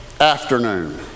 afternoon